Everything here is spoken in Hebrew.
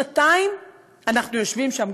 שנתיים אנחנו יושבים שם,